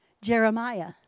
Jeremiah